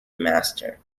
master